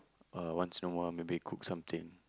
uh once in a while maybe cook something